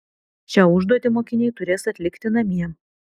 šią užduotį mokiniai turės atlikti namie